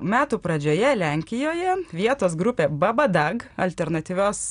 metų pradžioje lenkijoje vietos grupė babadag alternatyvios